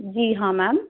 जी हाँ मैम